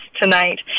tonight